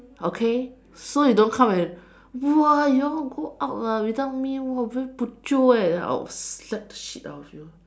okay so you don't come and !wah! you all go out ah without me !wah! very bo jio eh then I will slap the shit of you